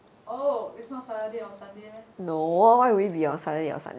oh it's not saturday or sunday meh